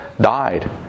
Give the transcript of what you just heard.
died